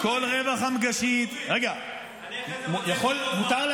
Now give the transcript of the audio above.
כל רבע חמג"שית --- אני אחרי זה רוצה תוספת זמן.